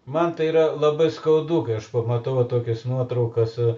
man tai yra labai skaudu kai aš pamatau va tokias nuotraukas su